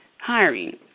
hiring